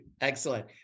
Excellent